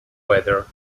weather